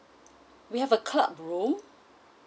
we have a club room